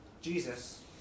Jesus